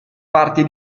parti